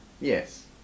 Yes